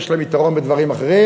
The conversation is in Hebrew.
יש להם יתרון בדברים אחרים.